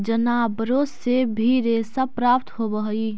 जनावारो से भी रेशा प्राप्त होवऽ हई